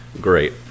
Great